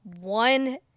one